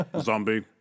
Zombie